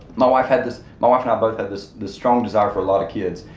my wife had this, my wife and i both had this this strong desire for a lot of kids.